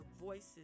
voices